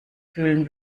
fühlen